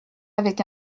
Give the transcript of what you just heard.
avec